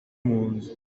munzu